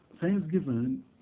Thanksgiving